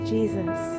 Jesus